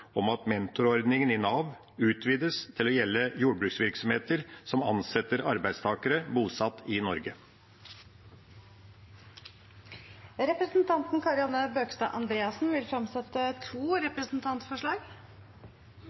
om at mentorordningen i Nav utvides til å gjelde jordbruksvirksomheter som ansetter arbeidstakere bosatt i Norge. Representanten Kari Anne Bøkestad Andreassen vil fremsette to representantforslag.